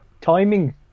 timing